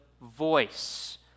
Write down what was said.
voice